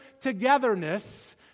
togetherness